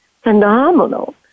phenomenal